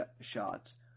shots